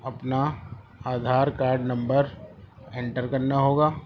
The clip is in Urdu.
اپنا آدھار کاڈ نمبر انٹر کرنا ہوگا